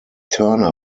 turner